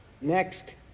Next